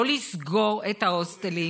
לא לסגור את ההוסטלים.